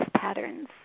patterns